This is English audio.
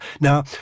Now